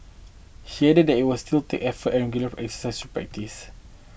he added that it will still take effort and exercise by this